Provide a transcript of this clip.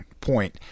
point